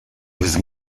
with